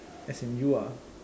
as in you ah